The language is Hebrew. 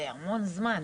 זה המון זמן...